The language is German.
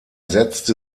setzte